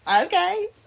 okay